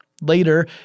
Later